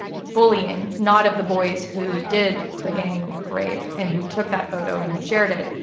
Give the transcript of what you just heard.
bullying not of the boys who did the gang rape and who took that photo and who shared it,